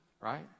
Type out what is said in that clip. right